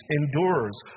endures